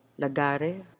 lagare